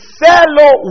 fellow